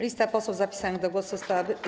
Lista posłów zapisanych do głosu została.